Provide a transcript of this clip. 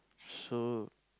so